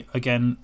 again